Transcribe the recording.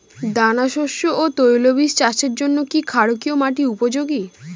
দানাশস্য ও তৈলবীজ চাষের জন্য কি ক্ষারকীয় মাটি উপযোগী?